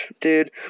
dude